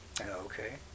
Okay